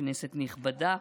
כנסת נכבדה,